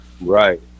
Right